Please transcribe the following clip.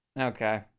Okay